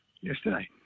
yesterday